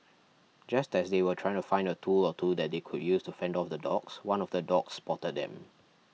just as they were trying to find a tool or two that they could use to fend off the dogs one of the dogs spotted them